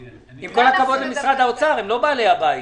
עם כל הכבוד למשרד האוצר, הם לא בעלי הבית.